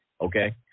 okay